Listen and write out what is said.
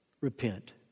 Repent